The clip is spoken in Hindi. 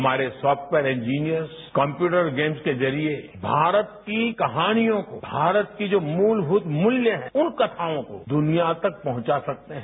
हमारे सॉफ्टवेयर इंजीनियर्स कम्प्यूटर गेम्स के जरिए भारत की कहानियों मारत की जो मूलमूत मूल्य हैं उन कथाओं को दुनिया तक पहुंचा सकते हैं